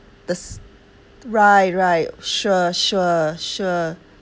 there's right right sure sure sure